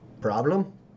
Problem